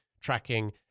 tracking